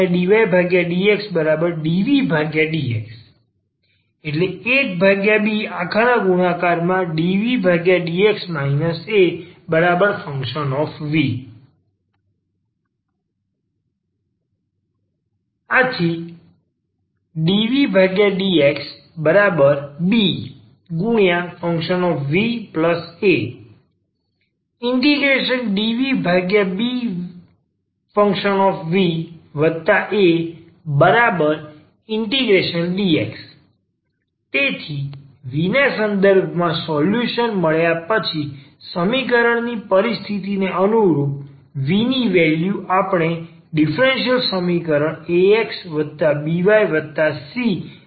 ⟹abdydxdvdx 1bdvdx af dvdxbfva dvbfva∫dx તેથી v ના સંદર્ભમાં સોલ્યુશન મળ્યા પછી સમીકરણની પરિસ્થિતિને અનુરૂપ v ની વેલ્યૂ આપણે ડીફરન્સીયલ સમીકરણ axbycvમાં મૂકી મૂકી શકીએ છે